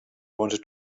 wanted